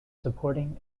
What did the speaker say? supporting